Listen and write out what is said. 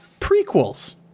prequels